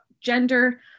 gender